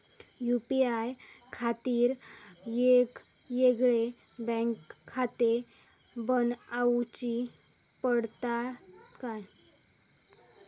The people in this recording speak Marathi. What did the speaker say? यू.पी.आय खातीर येगयेगळे बँकखाते बनऊची पडतात काय?